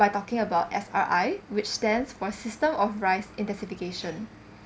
by talking about S_R_I which stands for system of rice intensification